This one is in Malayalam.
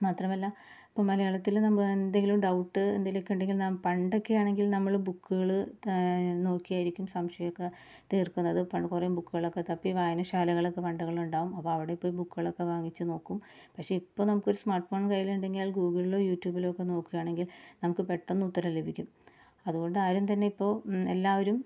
മാത്രമല്ല ഇപ്പം മലയാളത്തിൽ നമ്മൾ എന്തേലും ഡൌട്ട് എന്തേലൊക്കെ ഉണ്ടെങ്കില് നാം പണ്ടൊക്കെയാണെങ്കില് നമ്മൾ ബുക്കുകൾ നോക്കിയായിരിക്കും സംശയമൊക്കെ തീര്ക്കുന്നത് പണ്ട് കുറെ ബുക്കുകളൊക്കെ തപ്പി വായനശാലകളൊക്കെ പണ്ടുകളുണ്ടാകും അപ്പോൾ അവിടെ പോയി ബുക്കുകളൊക്കെ വാങ്ങിച്ച് നോക്കും പക്ഷേ ഇപ്പോൾ നമുക്ക് ഒരു സ്മാര്ട്ട് ഫോണ് കൈയിലുണ്ടെങ്കില് അത് ഗൂഗിളിലോ യു ട്യൂബിലോക്കെ നോക്കാണെങ്കില് നമുക്ക് പെട്ടെന്ന് ഉത്തരം ലഭിക്കും അതുകൊണ്ട് ആരും തന്നെ ഇപ്പോൾ എല്ലാവരും